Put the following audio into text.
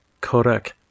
Kodak